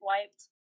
wiped